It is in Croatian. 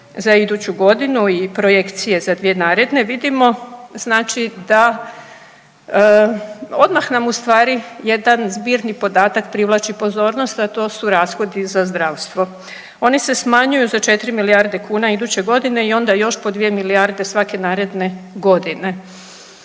za iduću godinu i projekcije za dvije naredne vidimo znači da odmah nam ustvari jedan zbirni podatak privlači pozornost, a to su rashodi za zdravstvo. Oni se smanjuju za 4 milijarde kuna iduće godine i onda još po 2 milijarde svake naredne godine.